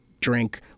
drink